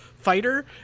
fighter